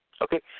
Okay